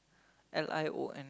L I O N